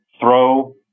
throw